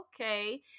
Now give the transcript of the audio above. okay